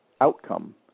outcome